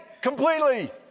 completely